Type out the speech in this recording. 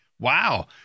wow